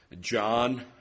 John